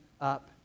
up